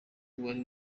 wari